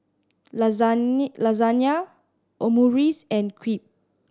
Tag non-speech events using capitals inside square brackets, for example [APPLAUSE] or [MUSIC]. [UNINTELLIGIBLE] Lasagne Omurice and Crepe